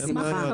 אין בעיה.